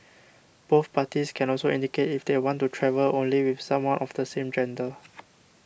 both parties can also indicate if they want to travel only with someone of the same gender